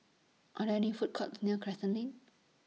Are There any Food Courts near Crescent Lane